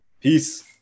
Peace